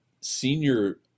senior